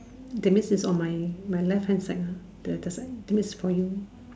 that means its on my my left hand side ah the that side that means for you